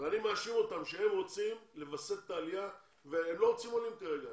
אני מאשים אותם שהם רוצים לווסת את העלייה והם לא רוצים כרגע עולים.